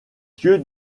yeux